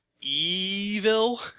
evil